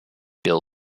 bill